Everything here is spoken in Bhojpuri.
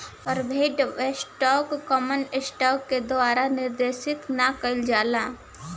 प्रेफर्ड स्टॉक कॉमन स्टॉक के द्वारा निर्देशित ना कइल जाला